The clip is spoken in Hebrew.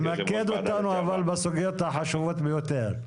תמקד אותנו בסוגיות החשובות ביותר.